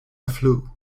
flew